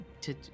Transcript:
to-